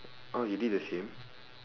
oh you did the same